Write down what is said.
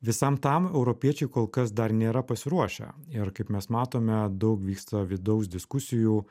visam tam europiečiai kol kas dar nėra pasiruošę ir kaip mes matome daug vyksta vidaus diskusijų